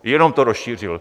Jenom to rozšířil.